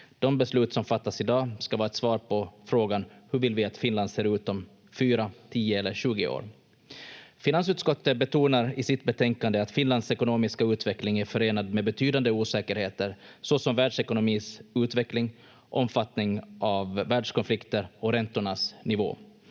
De beslut som fattas i dag ska vara ett svar på frågan: ”Hur vill vi att Finland ser ut om fyra, tio eller tjugo år?” Finansutskottet betonar i sitt betänkande att Finlands ekonomiska utveckling är förenad med betydande osäkerheter, såsom världsekonomins utveckling, omfattningen av världskonflikter och räntornas nivå.